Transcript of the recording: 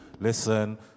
listen